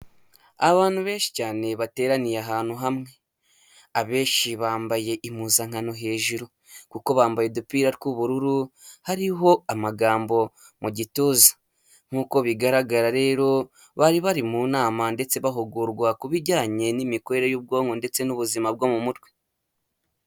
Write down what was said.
Abantu benshi cyane bateraniye ahantu hamwe. Abenshi bambaye impuzankano hejuru, kuko bambaye udupira tw'ubururu, hariho amagambo mu gituza. Nkuko bigaragara rero bari bari mu nama ndetse bahugurwa ku bijyanye n'imikorere y'ubwonko ndetse n'ubuzima bwo mu mutwe.